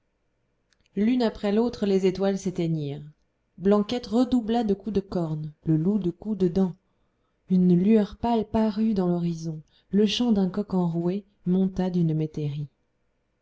l'une après l'autre les étoiles s'éteignirent blanquette redoubla de coups de cornes le loup de coups de dents une lueur pâle parut dans l'horizon le chant d'un coq enroué monta d'une métairie